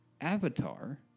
Avatar